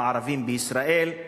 הערבים בישראל,